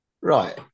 right